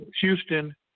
Houston